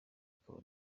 akaba